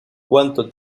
cuánto